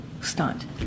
stunt